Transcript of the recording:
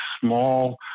small